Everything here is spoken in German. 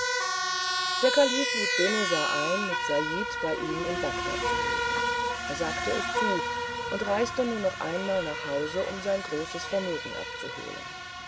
der kalife lud benezar ein mit said bei ihm in bagdad zu leben er sagte es zu und reiste nur noch einmal nach hause um sein großes vermögen abzuholen